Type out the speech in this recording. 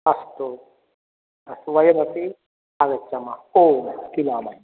अस्तु अस्तु वयमपि आगच्छामः आम् मिलामः